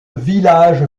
village